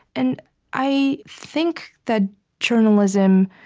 and i think that journalism